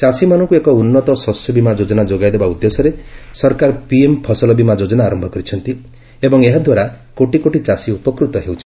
ଚାଷୀମାନଙ୍କୁ ଏକ ଉନ୍ତ ଶସ୍ୟବିମା ଯୋଜନା ଯୋଗାଇଦେବା ଉଦ୍ଦେଶ୍ୟରେ ସରକାର ପିଏମ୍ ଫସଲବିମା ଯୋଜନା ଆରମ୍ଭ କରିଛନ୍ତି ଏବଂ ଏହାଦ୍ୱାରା କୋଟି କୋଟି ଚାଷୀ ଉପକୃତ ହେଉଛନ୍ତି